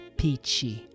peachy